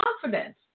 confidence